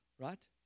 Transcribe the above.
right